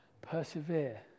Persevere